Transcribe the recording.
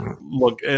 look